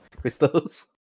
Crystals